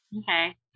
okay